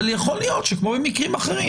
אבל יכול להיות שכמו במקרים אחרים,